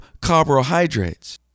carbohydrates